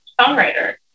songwriter